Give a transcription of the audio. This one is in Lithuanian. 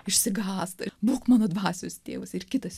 išsigąsti būk mano dvasios tėvas ir kitas